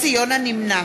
נמנע